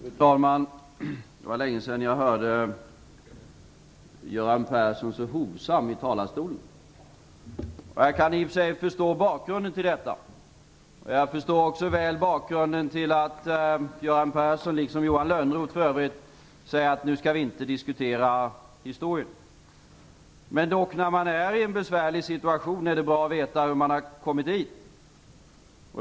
Fru talman! Det var länge sedan jag hörde Göran Persson så hovsam i talarstolen. Jag kan i och för sig förstå bakgrunden till detta. Jag förstår också väl bakgrunden till att Göran Person, liksom för övrigt Johan Lönnroth, säger att vi nu inte skall diskutera historien. Men när man är i en besvärlig situation är det dock bra att veta hur man har kommit dit.